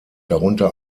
darunter